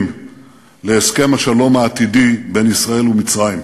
של הסכם השלום העתידי בין ישראל ומצרים.